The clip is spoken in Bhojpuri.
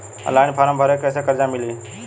ऑनलाइन फ़ारम् भर के कैसे कर्जा मिली?